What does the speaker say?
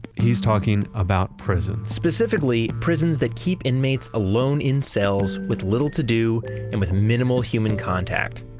he's talking about prisons specifically, prisons that keep inmates alone in cells with little to do and with minimal human contact.